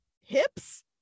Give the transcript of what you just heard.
hips